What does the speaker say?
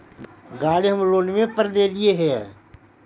गाड़ी हम लोनवे पर लेलिऐ हे?